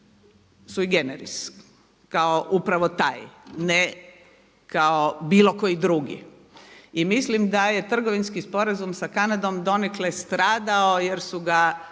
sui generis. Kao upravo taj, ne kao bilo koji drugi. I mislim da je trgovinski sporazum sa Kanadom donekle stradao jer su ga